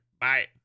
Bye